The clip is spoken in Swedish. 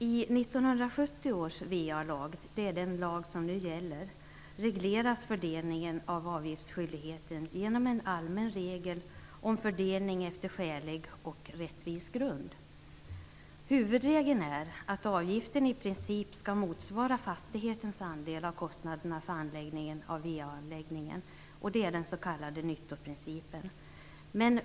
I 1970 års VA-lag, den som nu gäller, regleras fördelningen av avgiftsskyldigheten genom en allmän regel om fördelning efter skälig och rättvis grund. Huvudregeln är att avgiften i princip skall motsvara fastighetens andel av kostnaderna för anordnandet av VA-anläggningen, den s.k. nyttoprincipen.